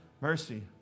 Mercy